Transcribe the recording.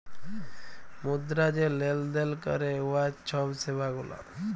মুদ্রা যে লেলদেল ক্যরে উয়ার ছব সেবা গুলা